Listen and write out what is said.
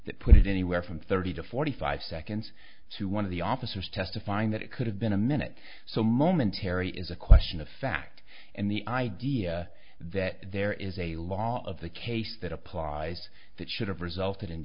that put it anywhere from thirty to forty five seconds to one of the officers testifying that it could have been a minute so momentary is a question of fact and the idea that there is a lot of the case that applies that should have resulted in